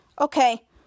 Okay